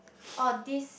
oh this